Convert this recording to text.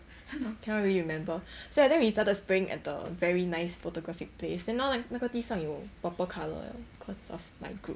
cannot really remember so I think we started spraying at the very nice photographic plates then now 那个地上有 purple colour cause of my group